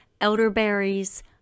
elderberries